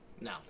No